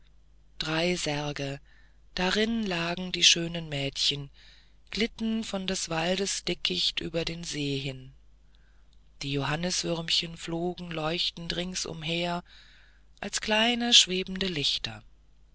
drei särge darin lagen die schönen mädchen glitten von des waldes dickicht über den see dahin die johanniswürmchen flogen leuchtend ringsumher als kleine schwebende lichter